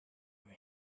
her